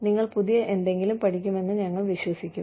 നിങ്ങൾ പുതിയ എന്തെങ്കിലും പഠിക്കുമെന്ന് ഞങ്ങൾ വിശ്വസിക്കും